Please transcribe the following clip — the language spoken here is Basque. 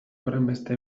horrenbeste